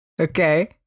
Okay